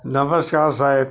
નમસ્કાર સાહેબ